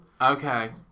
Okay